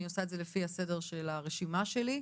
אני עושה את זה לפי הסדר של הרשימה שלי.